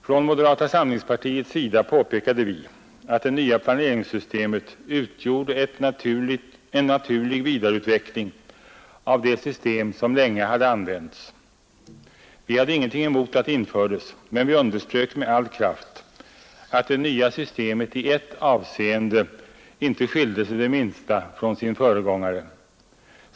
Från moderata samlingspartiets sida påpekade vi att det nya planeringssystemet utgjorde en naturlig vidareutveckling av det system som länge hade använts — vi hade ingenting emot att det infördes, men vi underströk med all kraft att det nya systemet i ett avseende inte skilde sig det minsta från sin föregångare.